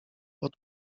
pod